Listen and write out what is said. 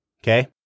Okay